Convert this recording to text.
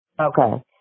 Okay